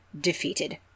defeated